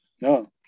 no